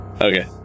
Okay